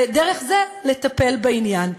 ודרך זה לטפל בעניין.